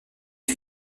une